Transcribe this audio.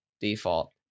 default